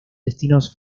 destinos